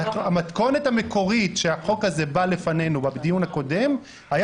המתכונת המקורית שהחוק הזה בא לפנינו בדיון הקודם היה